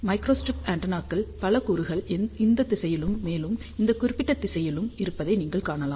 microstrip ஆண்டெனாக்களில் பல கூறுகள் இந்த திசையிலும் மேலும் இந்த குறிப்பிட்ட திசையிலும் இருப்பதை நீங்கள் காணலாம்